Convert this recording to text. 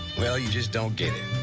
well you just don't get it.